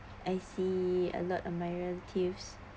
I see alert uh my relatives